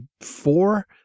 four